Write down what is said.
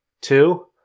Two